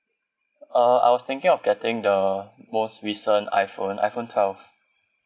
uh I was thinking of getting the most recent iPhone iPhone twelve